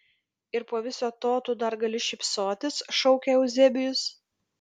ir po viso to tu dar gali šypsotis šaukė euzebijus